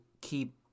keep